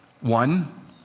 One